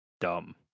dumb